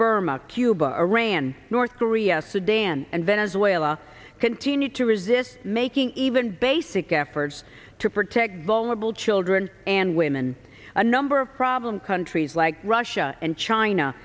burma cuba iran north korea sudan and venezuela continued to resume this making even basic efforts to protect vulnerable children and women a number of problem countries like russia and china